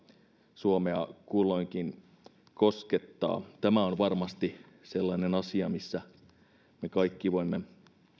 suomea kulloinkin koskettaa tämä on varmasti sellainen asia missä me kaikki voimme